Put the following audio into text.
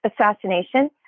assassination